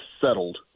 settled